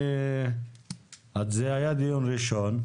זה היה דיון ראשון,